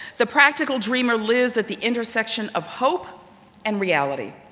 the practical dreamer lives at the intersection of hope and reality.